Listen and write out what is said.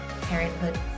parenthood